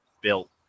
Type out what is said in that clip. built